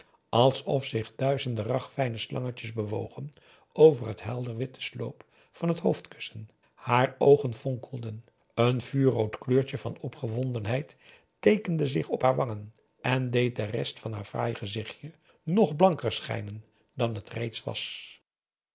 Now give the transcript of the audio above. alsof zich duizenden ragfijne slangetjes bewogen over het helder witte sloop van t hoofdkussen haar oogen fonkelden een vuurrood kleurtje van opgewondenheid teekende zich op haar wangen en deed de rest van haar fraai gezichtje nog blanker schijnen dan het reeds was